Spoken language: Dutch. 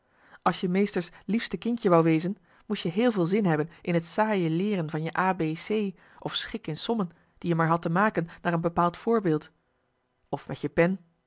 als je meester's liefste kindje wou wezen moest je heel veel zin hebben in het saaie leeren van je a b c of schik in sommen die je maar had te maken naar een bepaald voorbeeld of met je pen